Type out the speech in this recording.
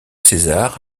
césar